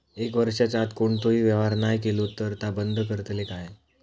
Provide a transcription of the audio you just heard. एक वर्षाच्या आत कोणतोही व्यवहार नाय केलो तर ता बंद करतले काय?